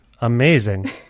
amazing